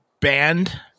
band